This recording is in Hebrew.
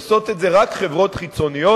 עושות את זה רק חברות חיצוניות,